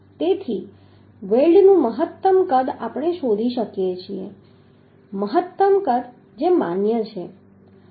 તેથી વેલ્ડનું મહત્તમ કદ આપણે શોધી શકીએ છીએ મહત્તમ કદ જે માન્ય છે